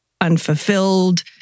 unfulfilled